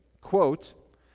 quote